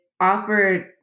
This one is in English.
offered